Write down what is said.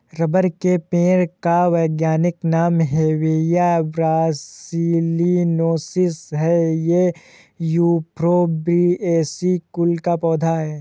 rubber के पेड़ का वैज्ञानिक नाम हेविया ब्रासिलिनेसिस है ये युफोर्बिएसी कुल का पौधा है